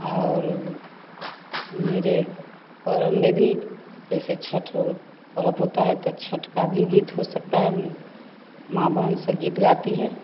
और मेरे परम में भी जैसे छठ हो पर्व होता है तो छठ का भी गीत हो सकता है माँ बहन सब गीत गाती हैं